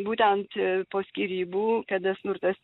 būtent po skyrybų kada smurtas